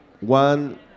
one